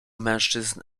mężczyzn